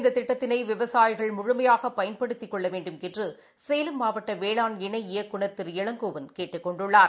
இந்ததிட்டத்தினைவிவசாயிகள் முழுமையாகபயன்படுத்திக் கொள்ளவேண்டுமென்றுசேலம் மாவட்டவேளாண் இணை இயக்குநர் திரு இளங்கோவன் கேட்டுக் கொண்டுள்ளார்